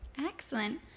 Excellent